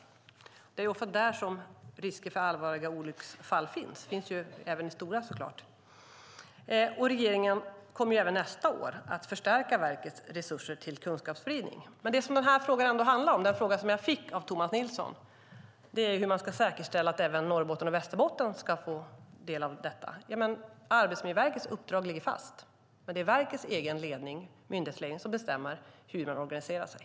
Det är ofta där som risker för allvarliga olycksfall finns, även om de såklart också finns på stora arbetsplatser. Regeringen kommer även nästa år att förstärka verkets resurser till kunskapsspridning. Det som den här frågan som jag fick av Tomas Nilsson handlar om är hur man ska säkerställa att även Norrbotten och Västerbotten ska få del av detta. Arbetsmiljöverkets uppdrag ligger fast, men det är verkets egen ledning som bestämmer hur man organiserar sig.